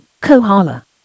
Kohala